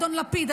אדון לפיד,